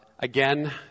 Again